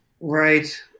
Right